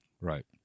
right